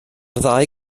ddau